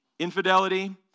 Infidelity